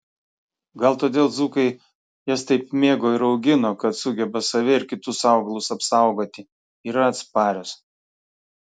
gal todėl dzūkai jas taip mėgo ir augino kad sugeba save ir kitus augalus apsaugoti yra atsparios